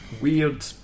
weird